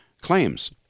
claims